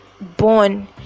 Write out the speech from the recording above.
born